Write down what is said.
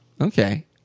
Okay